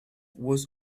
was